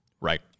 right